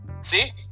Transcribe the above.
See